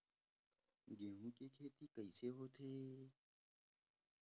गेहूं के खेती कइसे होथे?